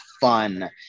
fun